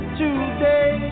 today